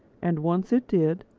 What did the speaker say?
and once it did,